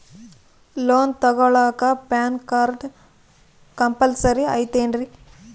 Loan ತೊಗೊಳ್ಳಾಕ PAN card compulsory ಐಯ್ತೇನ್ರಿ?